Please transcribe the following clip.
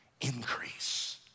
increase